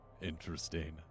Interesting